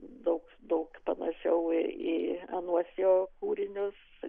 daug daug panašiau į anuos jo kūrinius